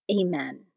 Amen